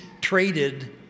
traded